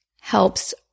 helps